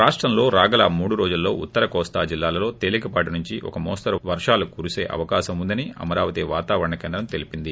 రాష్టంలో రాగల మూడు రోజుల్లో ఉత్తర కోస్తా జిల్లాల్లో తేలిక పాటి నుంచి ఒక మోస్తరు వర్గాలు కురిసే అవకాశం ఉందని అమరావతి వాతావరణ కేంద్రం తెలీపింది